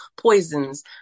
poisons